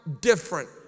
different